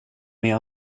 med